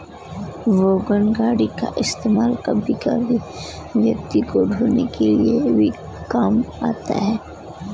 wagon गाड़ी का इस्तेमाल कभी कभी व्यक्ति को ढ़ोने के लिए भी काम आता है